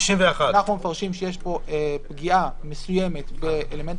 אנחנו מפרשים שיש פה פגיעה מסוימת באלמנט